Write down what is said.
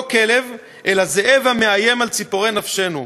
לא כלב, אלא זאב המאיים על ציפורי נפשנו.